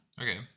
Okay